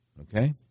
Okay